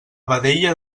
vedella